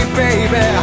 baby